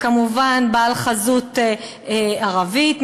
וכמובן בעל חזות ערבית-מזרחית,